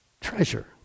treasure